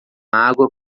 água